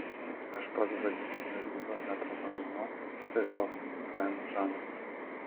aš pats vadinu miuziklą ne pramoginiu o tiesiog fainu žanru